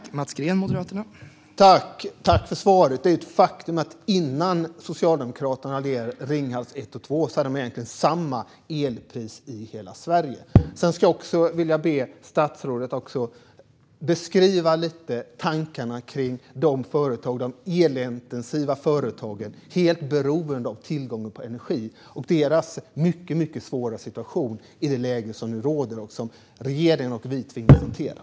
Herr talman! Jag tackar för svaret. Det är ett faktum att man hade samma elpris i hela Sverige innan Socialdemokraterna lade ned Ringhals 1 och 2. Jag skulle också vilja be statsrådet att beskriva sina tankar kring de elintensiva företagen, som är helt beroende av tillgången på energi, och deras mycket svåra situation i det läge som nu råder och som regeringen och vi tvingas hantera.